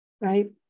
right